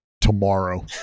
tomorrow